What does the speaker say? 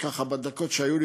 בדקות שהיו לי,